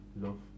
Love